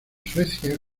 suecia